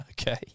Okay